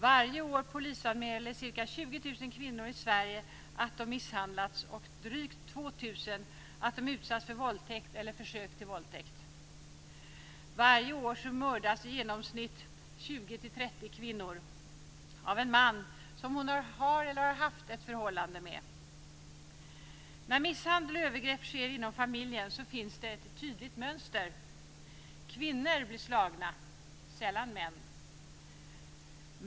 Varje år polisanmäler ca 20 000 kvinnor i Sverige att de misshandlats och drygt 2 000 att de utsatts för våldtäkt eller försök till våldtäkt. Varje år mördas i genomsnitt 20-30 kvinnor av en man som hon har eller har haft ett förhållande med. När misshandel och övergrepp sker inom familjen finns det ett tydligt mönster. Kvinnor blir slagna, sällan män.